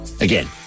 Again